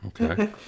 okay